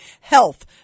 health